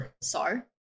sorry